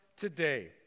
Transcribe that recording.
today